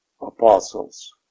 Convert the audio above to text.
apostles